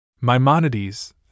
Maimonides